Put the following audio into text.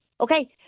Okay